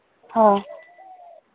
ꯍꯣꯏ